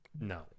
No